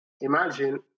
Imagine